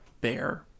bear